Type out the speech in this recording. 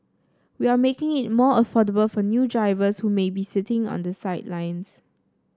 we are making it more affordable for new drivers who may be sitting on the sidelines